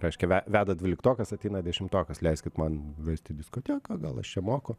reiškia ve veda dvyliktokas ateina dešimtokas leiskit man vesti diskoteką gal aš čia moku